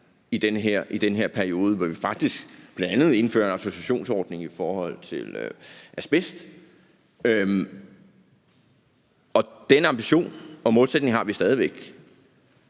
i den her periode, hvor vi faktisk bl.a. indfører en autorisationsordning i forhold til asbest, og den ambition og målsætning har vi stadig væk.